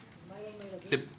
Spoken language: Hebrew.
הייתי בטוח שמשרד החינוך,